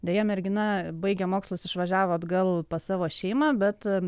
deja mergina baigė mokslus išvažiavo atgal pas savo šeimą bet